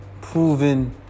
proven